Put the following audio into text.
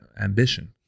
ambition